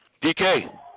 dk